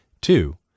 two